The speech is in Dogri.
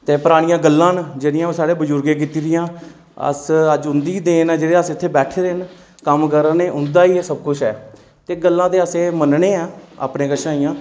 ते परानियां गल्लां न जेह्ड़ियां ओह् साढ़े बुजुर्गें कीती दियां अस अज्ज उं'दी गै देन आं जेह्ड़े अस इत्थै बैठे दे न कम्म करा दे उं'दा ई एह् सब कुश ऐ ते गल्लां ते असें मनने आं अपने कशा इ'यां